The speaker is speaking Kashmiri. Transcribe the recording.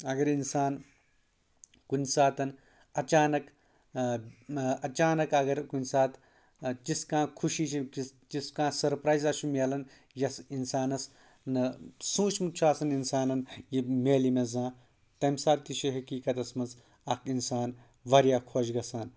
اگر اِنسان کُنہِ ساتَن اچانَک اچانَک اگر کُنہِ ساتہٕ تِژھ کانٛہہ خوشی چھِ کانٛہہ سَرپرَایِزا چھُ مِلان یۄس اِنسانَس نہٕ سوٗنٛچمُت چھُ آسَان اِنسانَن یہِ مِلہِ مےٚ زانٛہہ تمہِ ساتہٕ تہِ چھِ حقیقَتَس منٛز اَکھ اِنسان واریاہ خۄش گژھان